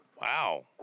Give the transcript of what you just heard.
Wow